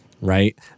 right